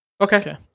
Okay